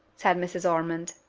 said mrs. ormond.